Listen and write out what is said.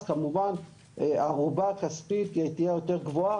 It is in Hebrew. אז כמובן שהערובה הכספית תהיה יותר גבוהה.